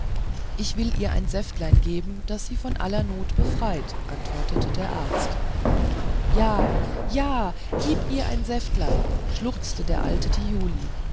ich will ihr ein säftlein geben das sie von aller not befreit antwortete der arzt ja ja gib ihr ein säftlein schluchzte der alte thiuli